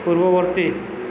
ପୂର୍ବବର୍ତ୍ତୀ